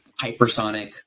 hypersonic